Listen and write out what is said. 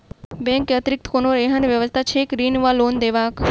Bank केँ अतिरिक्त कोनो एहन व्यवस्था छैक ऋण वा लोनदेवाक?